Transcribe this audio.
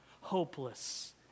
hopeless